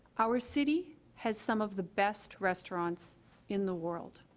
our city has some of the best restaurants in the world